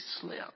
slip